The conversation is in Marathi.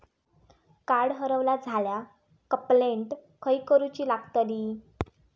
कार्ड हरवला झाल्या कंप्लेंट खय करूची लागतली?